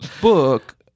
book